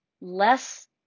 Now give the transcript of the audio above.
less